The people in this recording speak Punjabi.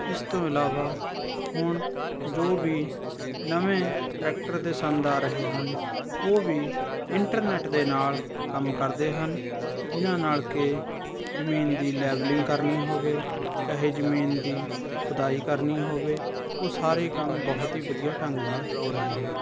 ਇਸ ਤੋਂ ਇਲਾਵਾ ਹੁਣ ਜੋ ਵੀ ਨਵੇਂ ਟਰੈਕਟਰ ਦੇ ਸੰਦ ਆ ਰਹੇ ਹਨ ਉਹ ਵੀ ਇੰਟਰਨੈੱਟ ਦੇ ਨਾਲ ਕੰਮ ਕਰਦੇ ਹਨ ਜਿਨ੍ਹਾਂ ਨਾਲ ਕਿ ਜ਼ਮੀਨ ਦੀ ਲੇਵਲਿੰਗ ਕਰਨੀ ਹੋਵੇ ਚਾਹੇ ਜ਼ਮੀਨ ਦੀ ਖੁਦਾਈ ਕਰਨੀ ਹੋਵੇ ਉਹ ਸਾਰੇ ਕੰਮ ਬਹੁਤ ਹੀ ਵਧੀਆ ਢੰਗ ਨਾਲ ਹੋ ਰਹੇ ਹਨ